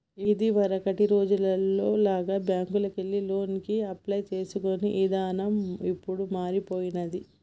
ఇదివరకటి రోజుల్లో లాగా బ్యేంకుకెళ్లి లోనుకి అప్లై చేసుకునే ఇదానం ఇప్పుడు మారిపొయ్యినాది